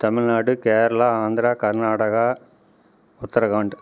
Tamil Nadu Kerala Andhra Karnataka Uttarakhand